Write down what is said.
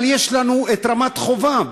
אבל יש לנו רמת חובב,